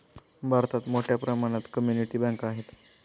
भारतात मोठ्या प्रमाणात कम्युनिटी बँका आहेत